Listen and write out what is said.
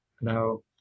now